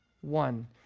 one